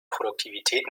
produktivität